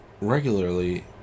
regularly